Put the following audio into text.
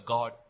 God